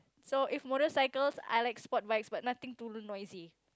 so if motorcycles I like sport bikes but nothing too n~ noisy